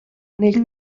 nel